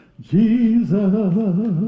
jesus